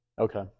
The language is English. okay